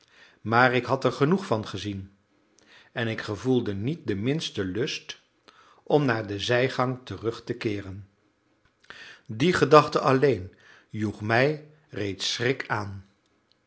maar ik had er genoeg van gezien en ik gevoelde niet den minsten lust om naar de zijgang terug te keeren die gedachte alleen joeg mij reeds schrik aan